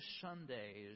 Sundays